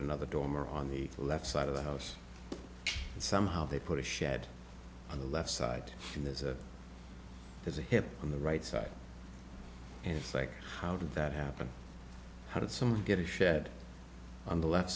another dormer on the left side of the house and somehow they put a shed on the left side and there's a there's a hip on the right side and it's like how did that happen how did someone get a shed on the left